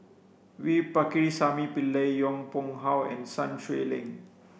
V Pakirisamy Pillai Yong Pung How and Sun Xueling